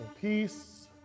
peace